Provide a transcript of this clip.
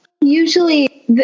usually